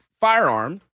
firearm